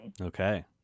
Okay